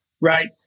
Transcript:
right